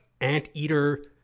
anteater